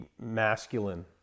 masculine